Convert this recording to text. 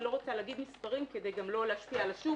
ואני לא רוצה להגיד מספרים כדי גם לא להשפיע על השוק